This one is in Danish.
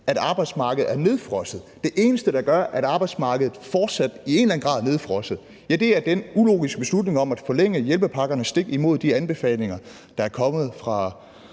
at arbejdsmarkedet er nedfrosset. Det eneste, der gør, at arbejdsmarkedet fortsat i en eller anden grad er nedfrosset, er den ulogiske beslutning om at forlænge hjælpepakkerne stik imod de anbefalinger, der er kommet fra